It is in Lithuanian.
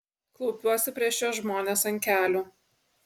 klaupiuosi prieš šiuos žmones ant kelių